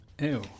Ew